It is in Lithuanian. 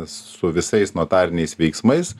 su visais notariniais veiksmais